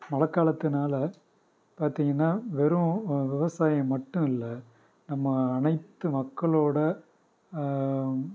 மழைக்காலத்தினால பார்த்திங்கன்னா வெறும் விவசாயம் மட்டும் இல்லை நம்ம அனைத்து மக்களோடய